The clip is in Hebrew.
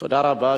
תודה רבה.